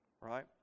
Right